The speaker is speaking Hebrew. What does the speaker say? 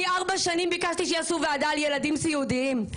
ארבע שנים ביקשתי שיעשו ועדה על ילדים סיעודיים.